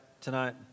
tonight